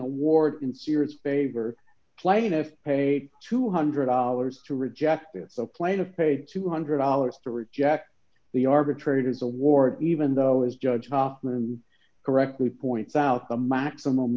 award in serious favor plaintiff paid two hundred dollars to reject it so plaintiff paid two hundred dollars to reject the arbitrators award even though as judge hoffman correctly points out the maximum